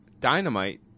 dynamite